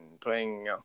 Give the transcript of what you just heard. playing